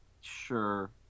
Sure